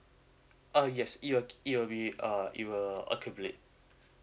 uh yes it will it will be uh it will accumulate